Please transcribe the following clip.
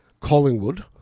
Collingwood